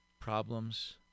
problems